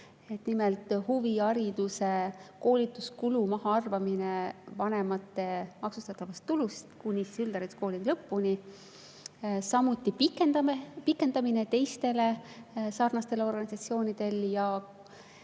Nimelt, huvihariduse koolituskulu mahaarvamine vanemate maksustatavast tulust kuni üldhariduskooli lõpuni, samuti pikendamine teistele sarnastele organisatsioonidele, ja